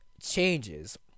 changes